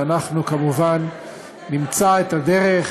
שאנחנו כמובן נמצא את הדרך